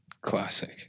Classic